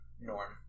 norm